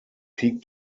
peak